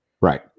Right